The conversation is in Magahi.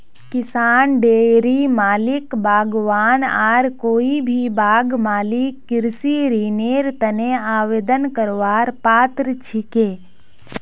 किसान, डेयरी मालिक, बागवान आर कोई भी बाग मालिक कृषि ऋनेर तने आवेदन करवार पात्र छिके